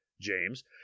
James